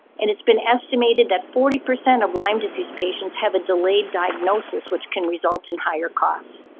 and it's been estimated that forty percent of lyme disease patients have a delayed diagnosis which can result in higher cost.